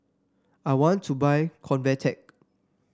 I want to buy Convatec